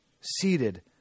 seated